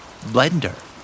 Blender